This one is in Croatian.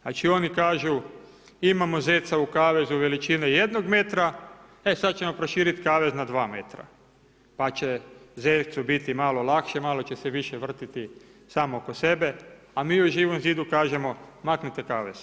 Znači oni kažu imamo zeca u kavezu veličine jednog metra, e sad ćemo proširit kavez na 2 metra pa će zecu biti malo lakše, malo će se više vrtiti sam oko sebe, a mi u Živom zidu kažemo maknite kavez.